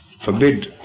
forbid